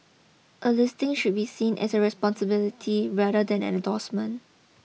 a listing should be seen as a responsibility rather than an endorsement